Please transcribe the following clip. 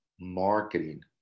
marketing